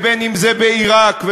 ואם בעיראק,